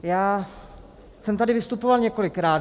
Já jsem tady vystupoval několikrát.